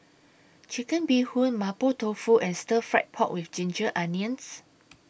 Chicken Bee Hoon Mapo Tofu and Stir Fry Pork with Ginger Onions